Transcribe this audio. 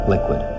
Liquid